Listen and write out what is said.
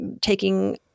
taking